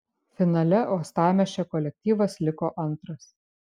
finale uostamiesčio kolektyvas liko antras